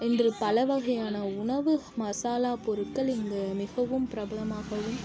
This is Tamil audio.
என்று பலவகையான உணவு மசாலா பொருட்கள் இங்கு மிகவும் பிரபலமாகவும்